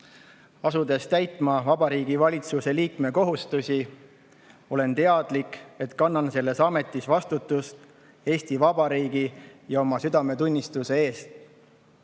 Asudes täitma Vabariigi Valitsuse liikme kohustusi, olen teadlik, et kannan selles ametis vastutust Eesti Vabariigi ja oma südametunnistuse ees.